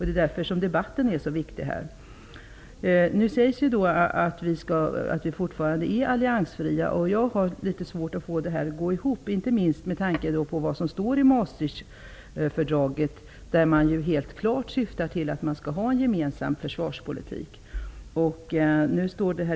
Det sägs att vi fortfarande är alliansfria. Jag har svårt att få det hela att gå ihop, inte minst med tanke på vad som står i Maastrichtfördraget. Där syftar man helt klart till en gemensam försvarspolitik.